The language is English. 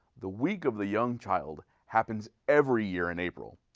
the week of the young child happens every year in april.